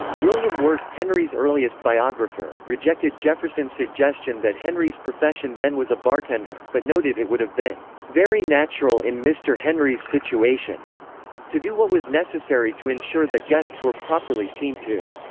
william wirt, henry's earliest biographer, rejected jefferson's suggestion that henry's profession then was a bartender, but noted it would have been very natural in mr. henry's situation to do what was necessary to ensure that guests were properly seen to.